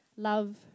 love